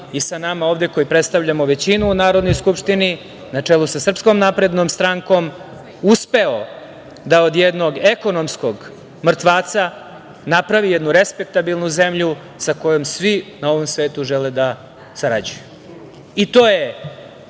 i sa nama ovde koji predstavljamo većinu u Narodnoj skupštini, na čelu sa SNS, uspeo da od jednog ekonomskog mrtvaca napravi jednu respektabilnu zemlju sa kojom svi na ovom svetu žele da sarađuju.I to je